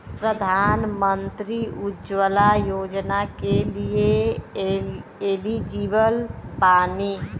प्रधानमंत्री उज्जवला योजना के लिए एलिजिबल बानी?